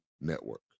Network